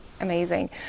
amazing